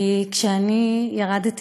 כי כשירדתי,